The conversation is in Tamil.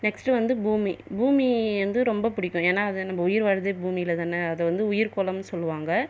நெக்ஸ்டு வந்து பூமி பூமி வந்து ரொம்ப பிடிக்கும் ஏன்னா அது நம்ம உயிர் வாழ்றதே பூமியில் தான் அது வந்து உயிர்கோள்னு சொல்வாங்கள்